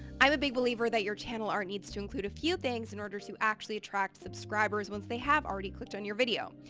i'm a big believer that your channel art needs to include a few things in order to actually attract subscribers once they have already clicked on your video.